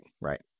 right